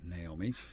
Naomi